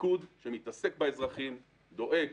פיקוד שעוסק באזרחים, דואג